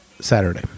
Saturday